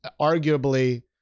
arguably